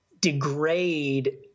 degrade